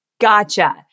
Gotcha